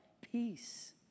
peace